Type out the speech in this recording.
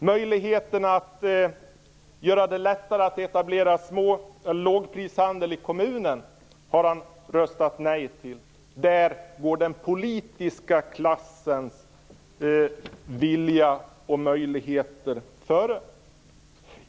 Möjligheten att göra det lättare att etablera lågprishandel i kommunen har han röstat nej till. Där går den politiska klassens vilja och möjligheter före.